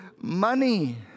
money